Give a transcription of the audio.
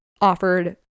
offered